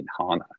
inhana